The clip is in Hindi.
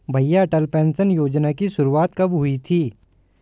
भैया अटल पेंशन योजना की शुरुआत कब हुई थी?